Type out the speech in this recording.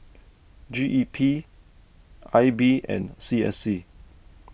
G E P I B and C S C